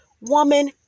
woman